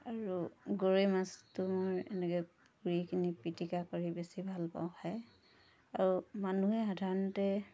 আৰু গৰৈ মাছটো মোৰ এনেকৈ পূৰি কিনে পিটিকা কৰি বেছি ভাল পাওঁ খাই আৰু মানুহে সাধাৰণতে